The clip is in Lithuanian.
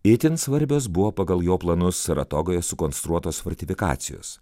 itin svarbios buvo pagal jo planus saratogoje sukonstruotos fortifikacijos